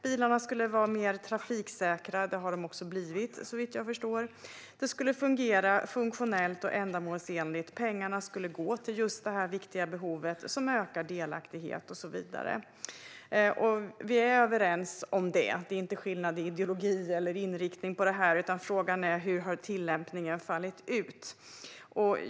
Bilarna skulle vara mer trafiksäkra, och det har de också blivit, såvitt jag förstår. Det skulle vara funktionellt och ändamålsenligt. Pengarna skulle gå till just detta viktiga behov, såsom ökad delaktighet och så vidare. Vi är överens om detta. Det finns ingen skillnad i ideologi eller inriktning här, utan frågan är hur tillämpningen har fallit ut.